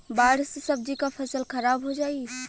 बाढ़ से सब्जी क फसल खराब हो जाई